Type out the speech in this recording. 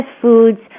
foods